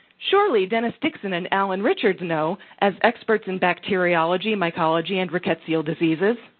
surely, dennis dixon and allen richards know, as experts in bacteriology, mycology, and rickettsial diseases.